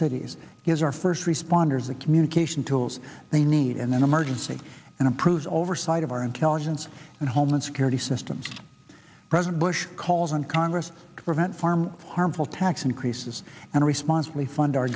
recipients is our first responders the communication tools they need in an emergency and improve oversight of our intelligence and homeland security system president bush calls on congress to prevent farm harmful tax increases and responsibly fund our